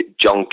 John